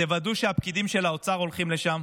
תוודאו שהפקידים של האוצר הולכים לשם,